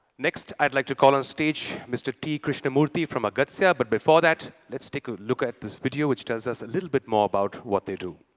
next, i'd like to call on stage mr. t. krishnamurthi from agastya. but before that, let's take a look at this video, which tells us a little bit more about what they do.